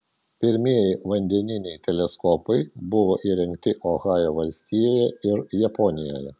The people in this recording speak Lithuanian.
pirmieji vandeniniai teleskopai buvo įrengti ohajo valstijoje ir japonijoje